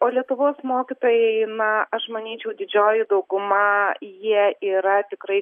o lietuvos mokytojai na aš manyčiau didžioji dauguma jie yra tikrai